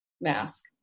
mask